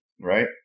Right